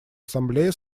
ассамблея